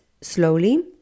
slowly